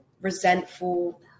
resentful